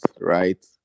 right